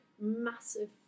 massive